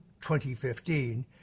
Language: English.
2015